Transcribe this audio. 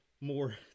more